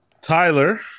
Tyler